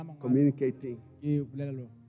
communicating